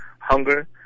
hunger